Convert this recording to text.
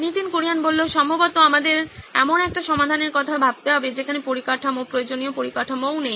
নীতিন কুরিয়ান সম্ভবত আমাদের এমন একটি সমাধানের কথা ভাবতে হবে যেখানে পরিকাঠামো প্রয়োজনীয় পরিকাঠামোও নেই